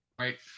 right